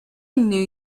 knew